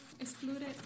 excluded